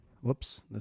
Whoops